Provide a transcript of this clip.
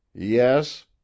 Yes